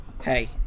Hey